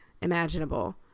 imaginable